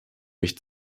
mich